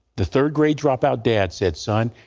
the third grade dropout dad said son,